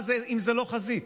מה זה אם לא חזית?